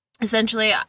essentially